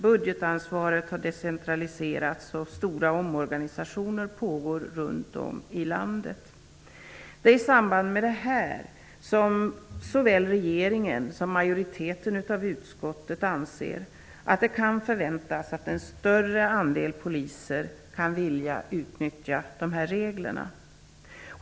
Budgetansvaret har decentraliserats, och stora omorganisationer pågår runt om i landet. Det är i samband med det här som såväl regeringen som majoriteten i utskottet anser att det kan förväntas att en större andel poliser kan vilja utnyttja de här reglerna.